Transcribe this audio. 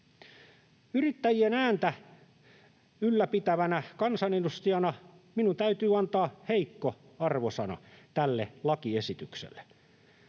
Yrittäjien ääntä ylläpitävänä kansanedustajana minun täytyy antaa heikko arvosana tälle lakiesitykselle.